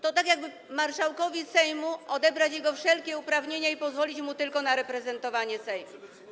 To tak jakby marszałkowi Sejmu odebrać jego wszelkie uprawnienia i pozwolić mu tylko na reprezentowanie Sejmu.